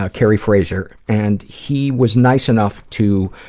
ah kerry fraser and he was nice enough to,